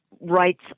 rights